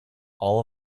all